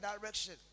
direction